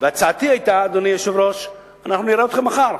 שכר מינימום.